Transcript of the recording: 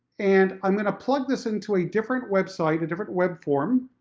and i'm gonna plug this into a different website, a different web form,